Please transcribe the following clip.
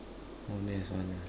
oh next one ah